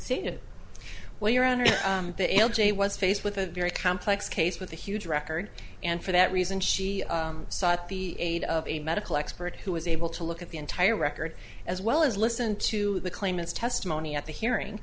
see it well your honor that l j was faced with a very complex case with a huge record and for that reason she sought the aid of a medical expert who was able to look at the entire record as well as listen to the claimants testimony at the hearing